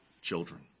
children